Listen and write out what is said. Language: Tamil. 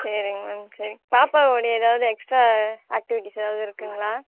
சரிங்க மேம் சரிங்க பாப்பா உடைய ஏதாவது எக்ஸ்ட்ரா ஆக்டிவிட்டிஸ் ஏதாவது இருக்குதுங்களா